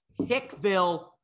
Hickville